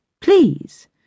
please